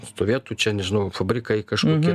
stovėtų čia nežinau fabrikai kažkokie